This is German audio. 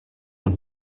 und